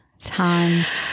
times